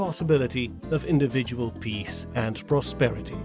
possibility of individual peace and prosperity